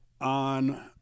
on